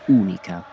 unica